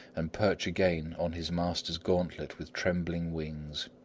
and perch again on his master's gauntlet with trembling wings.